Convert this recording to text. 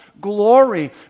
glory